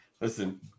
Listen